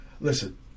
Listen